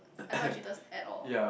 I don't like cheaters at all